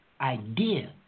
idea